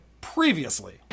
previously